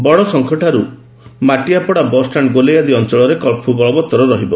ବଡଶଙ୍ଖଠାରୁ ମାଟିଆପଡା ଓ ବସ୍ଷାଣ୍ଡ ଗୋଲେଇ ଆଦି ଅଞ୍ଞଳରେ କଫ୍ୟୁ ବଳବତ୍ତର ରହିବ